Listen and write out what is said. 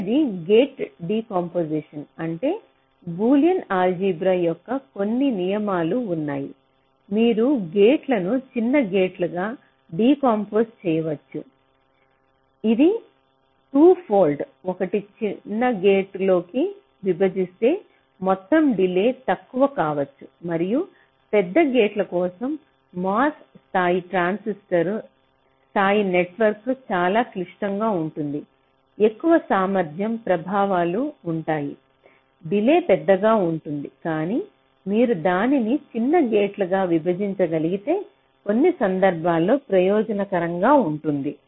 చివరిది gate decomposition అంటే Boolean algebra యొక్క కొన్ని నియమాలు ఉన్నాయి మీరు గేట్లను చిన్న గేట్ల గా ఢీకాంపోజ్ చేయవచ్చు ఇది టుఫోల్డ్ ఒకటి చిన్న గేట్లలోకి విభజిస్తే మొత్తం డిలే తక్కువ కావచ్చు మరియు పెద్ద గేట్ల కోసం MOS స్థాయి ట్రాన్సిస్టర్ స్థాయి నెట్వర్క్ చాలా క్లిష్టంగా ఉంటుంది ఎక్కువ సామర్థ్య ప్రభావాలు ఉంటాయి డిలే పెద్దదిగా ఉంటుంది కానీ మీరు దానిని చిన్న గేట్లుగా విభజించగలిగితే కొన్ని సందర్భాల్లో ప్రయోజనకరంగా ఉంటుంది